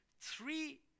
three